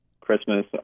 Christmas